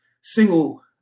single